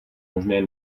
možné